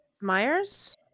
Myers